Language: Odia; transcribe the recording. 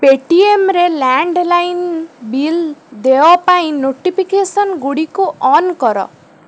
ପେଟିଏମ୍ରେ ଲ୍ୟାଣ୍ଡ୍ଲାଇନ୍ ବିଲ୍ ଦେୟ ପାଇଁ ନୋଟିଫିକେସନ୍ଗୁଡ଼ିକୁ ଅନ୍ କର